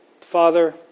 Father